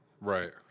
Right